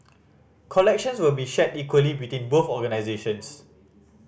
collections will be shared equally between both organisations